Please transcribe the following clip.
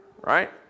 right